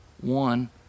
one